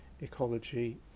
ecology